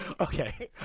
Okay